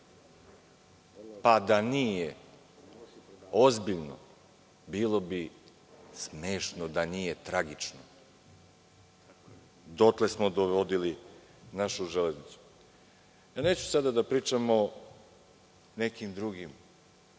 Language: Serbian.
Da nije ozbiljno, bilo bi smešno, da nije tragično. Dotle smo dovodili našu „Železnicu“.Neću sada da pričamo o nekim drugim